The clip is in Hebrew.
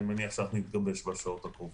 אני מניח שנתגבש בשעות הקרובות.